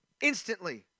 instantly